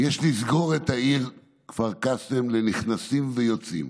יש לסגור את העיר כפר קאסם לנכנסים ויוצאים